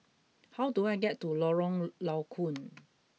how do I get to Lorong Low Koon